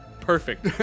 perfect